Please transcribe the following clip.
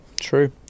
True